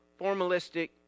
formalistic